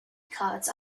cards